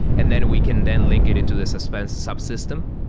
and then we can then link it into the suspense subsystem,